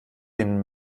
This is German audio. den